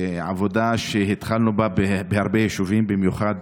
ועבודה שהתחלנו בה בהרבה יישובים, במיוחד